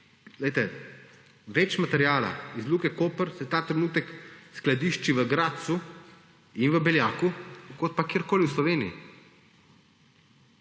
več materiala iz Luke Koper se ta trenutek skladišči v Gradcu in v Beljaku kot pa kjerkoli v Sloveniji.